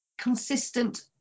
consistent